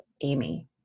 Amy